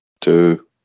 two